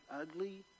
ugly